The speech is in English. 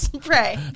pray